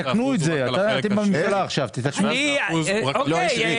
אז תתקנו את זה, אני אתמוך בכם.